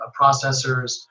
processors